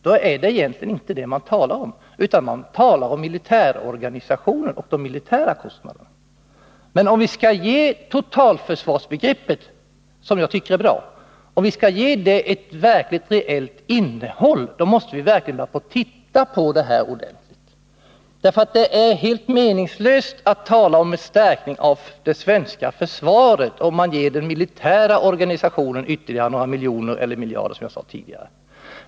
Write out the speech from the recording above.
Men det är egentligen inte det man diskuterar, utan det är militärorganisationen och de militära kostnaderna. Om vi skall ge totalförsvarsbegreppet, som jag tycker är bra, ett reellt innehåll måste vi se ordentligt på detta. Det är ju helt meningslöst att tala om en förstärkning av det svenska försvaret, om man bara ger den militära organisationen ytterligare några miljoner eller miljarder, som jag sade tidigare.